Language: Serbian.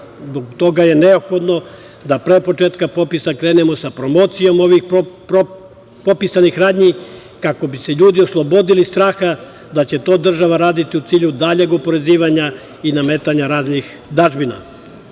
toga je neophodno da pre početka popisa krenemo sa promocijom ovih propisanih radnji, kako bi se ljudi oslobodili straha da će to država raditi u cilju daljeg oporezivanja i nametanja raznih dažbina.U